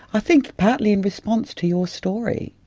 i think partly in response to your story.